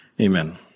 Amen